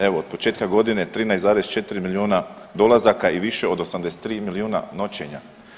Evo od početka godine 13,4 milijuna dolazaka i više od 83 milijuna noćenja.